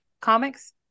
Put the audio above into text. comics